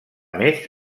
més